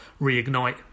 reignite